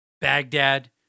Baghdad